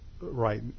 right